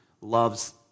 loves